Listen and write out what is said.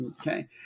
Okay